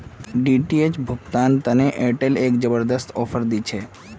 DTH भुगतान तने Airtel app जबरदस्त ऑफर दी छे